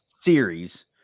series